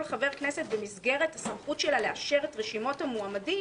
חבר כנסת במסגרת הסמכות שלה לאשר את רשימות המועמדים.